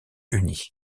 unis